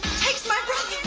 takes my breath